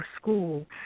school